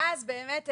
ואז באמת,